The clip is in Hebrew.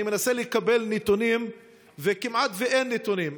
אני מנסה לקבל נתונים וכמעט אין נתונים.